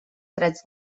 drets